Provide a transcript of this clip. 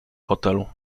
hotelu